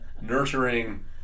nurturing